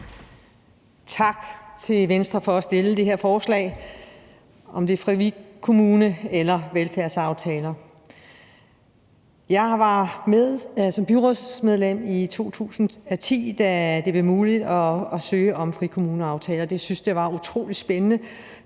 Tak til Venstre for at fremsætte det her forslag om frikommune- eller velfærdsaftaler. Jeg var med som byrådsmedlem i 2010, da det blev muligt at søge om frikommuneaftaler, og jeg syntes, det var utrolig spændende,